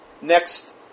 Next